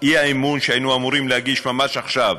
האי-אמון שהיינו אמורים להגיש ממש עכשיו.